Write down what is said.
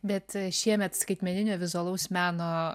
bet šiemet skaitmeninio vizualaus meno